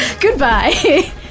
Goodbye